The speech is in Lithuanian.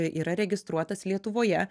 yra registruotas lietuvoje